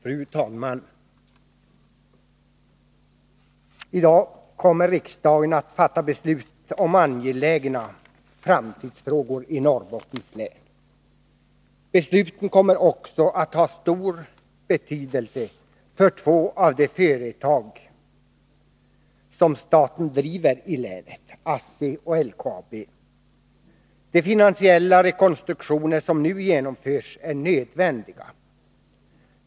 Fru talman! I dag kommer riksdagen att fatta beslut om angelägna framtidsfrågor för Norrbottens län. Besluten kommer också att ha stor betydelse för två av de företag som staten driver i länet, ASSI och LKAB. De finansiella rekonstruktioner som nu genomförs är nödvändiga.